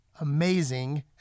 amazing